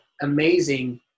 amazing –